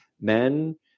men